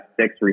six